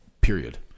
period